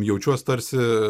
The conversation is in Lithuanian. jaučiuos tarsi